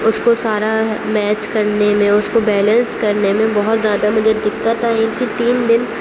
اس کو سارا میچ کرنے میں اس کو بیلینس کرنے میں بہت زیادہ مجھے دقت آئی تھی تین دن